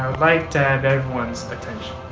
like to have everyone's attention.